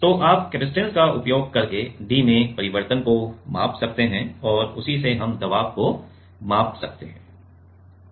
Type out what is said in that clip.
तो आप कपसिटंस का उपयोग करके d में परिवर्तन को माप सकते हैं और उसी से हम दबाव को माप सकते हैं